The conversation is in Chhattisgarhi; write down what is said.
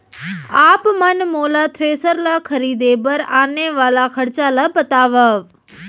आप मन मोला थ्रेसर ल खरीदे बर आने वाला खरचा ल बतावव?